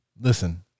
Listen